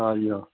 ਹਾਂਜੀ ਹਾਂ